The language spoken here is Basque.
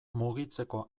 mugitzeko